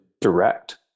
direct